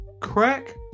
crack